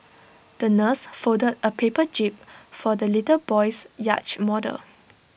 the nurse folded A paper jib for the little boy's yacht model